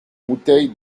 bouteille